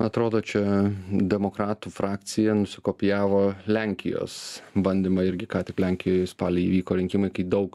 atrodo čia demokratų frakcija nusikopijavo lenkijos bandymą irgi ką tik lenkijoj spalį įvyko rinkimai kai daug